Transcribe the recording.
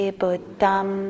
buddham